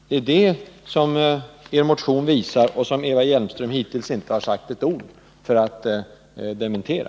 Det är det som er motion visar och som Eva Hjelmström hittills inte har sagt ett ord för att dementera.